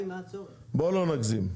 בוא לא נגזים.